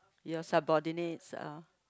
your subordinates ah